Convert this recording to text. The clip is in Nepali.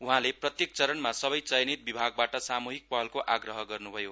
उहाँले प्रत्येक चरणमा सबै चयनित विभागबाट सामूहिक पहलको आग्रह गर्नुभयो